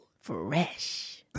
Fresh